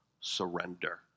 surrender